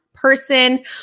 person